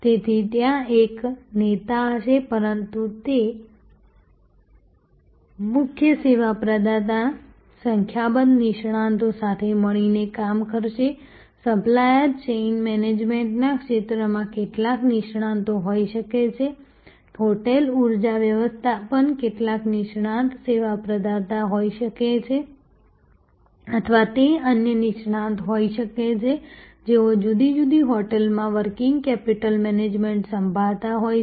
તેથી ત્યાં એક નેતા હશે પરંતુ તે મુખ્ય સેવા પ્રદાતા સંખ્યાબંધ નિષ્ણાતો સાથે મળીને કામ કરશે સપ્લાય ચેઇન મેનેજમેન્ટના ક્ષેત્રમાં કેટલાક નિષ્ણાતો હોઈ શકે છે હોટેલ ઊર્જા વ્યવસ્થાપનમાં કેટલાક નિષ્ણાત સેવા પ્રદાતા હોઈ શકે છે અથવા તે અન્ય નિષ્ણાત હોઈ શકે છે જેઓ જુદી જુદી હોટલોમાં વર્કિંગ કેપિટલ મેનેજમેન્ટ સાંભળતા હોય છે